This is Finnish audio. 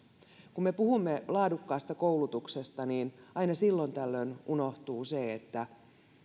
kun me puhumme laadukkaasta koulutuksesta aina silloin tällöin unohtuu se